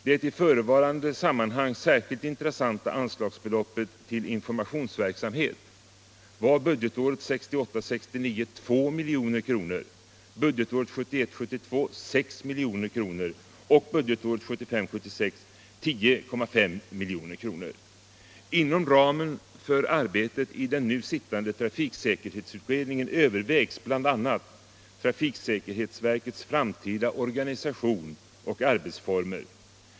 Det i förevarande sammanhang särskilt intressanta anslagsbeloppet till informationsverksamhet var 2 milj.kr. budgetåret 1968 72 och 10,05 milj.kr. budgetåret 1975/76. Inom ramen för arbetet i den nu sittande trafiksäkerhetsutredningen övervägs bl.a. trafiksäkerhetsverkets framtida organisation och arbetsformer.